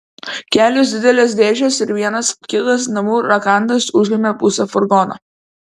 kelios didelės dėžės ir vienas kitas namų rakandas užėmė pusę furgono